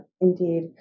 Indeed